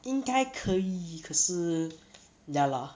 应该可以可是 lah